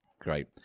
Great